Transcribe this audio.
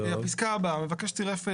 הפסקה הבאה: "המבקש צירף ערבות",